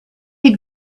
had